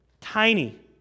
tiny